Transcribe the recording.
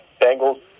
Bengals